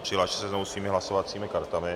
Přihlaste se znovu svými hlasovacími kartami.